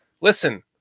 listen